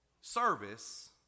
Service